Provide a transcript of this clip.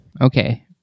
Okay